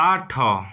ଆଠ